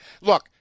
look